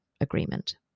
agreement